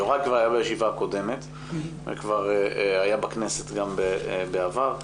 יוראי כבר היה בישיבה הקודמת וכבר היה בכנסת גם בעבר,